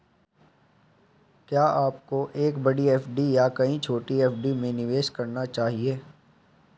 क्या आपको एक बड़ी एफ.डी या कई छोटी एफ.डी में निवेश करना चाहिए?